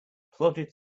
plodded